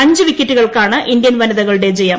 അഞ്ച് വിക്കറ്റുകൾക്കാണ് ഇന്ത്യൻ വനിതകളുടെ ജയം